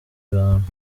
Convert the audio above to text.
bantu